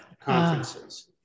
conferences